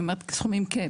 אני אומרת סכומים כ-,